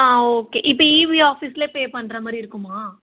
ஆ okay இப்போ EB ஆஃபீஸ்லேயே pay பண்ணுற மாதிரி இருக்குமா